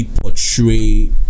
portray